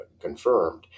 confirmed